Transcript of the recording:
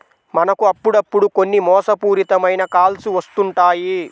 మనకు అప్పుడప్పుడు కొన్ని మోసపూరిత మైన కాల్స్ వస్తుంటాయి